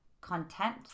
content